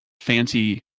fancy